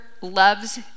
loves